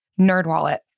NerdWallet